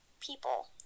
People